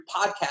podcast